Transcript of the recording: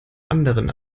anderen